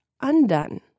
undone